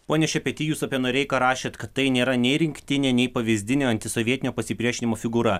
pone šepety jūs apie noreiką rašėt kad tai nėra nei rinktinė nei pavyzdinė antisovietinio pasipriešinimo figūra